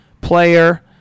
player